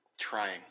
trying